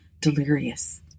delirious